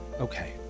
Okay